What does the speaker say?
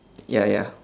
ya ya